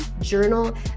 journal